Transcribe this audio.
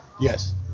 Yes